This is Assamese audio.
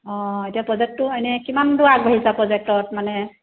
অঁ এতিয়া প্ৰজেক্টটো এনেই কিমান দূৰ আগবাঢ়িছা প্ৰজেক্টত মানে